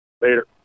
later